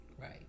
Right